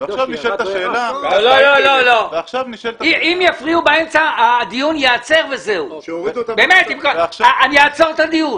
אם יפריעו באמצע, אני אעצור את הדיון.